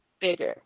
bigger